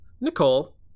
Nicole